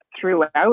throughout